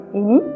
ini